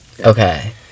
okay